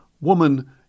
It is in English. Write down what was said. Woman